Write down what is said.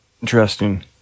Interesting